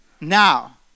now